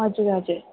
हजुर हजुर